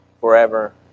forever